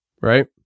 right